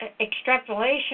extrapolation